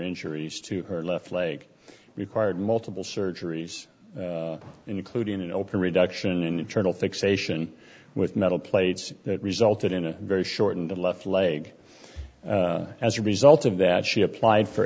injuries to her left leg required multiple surgeries including an open reduction in internal fixation with metal plates that resulted in a very shortened left leg as a result of that she applied for